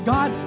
God